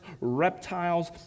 reptiles